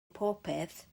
popeth